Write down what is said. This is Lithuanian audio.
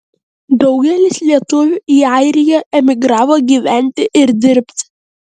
daugelis lietuvių į airiją emigravo gyventi ir dirbti